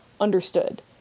understood